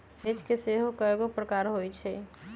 hedge के सेहो कएगो प्रकार होइ छै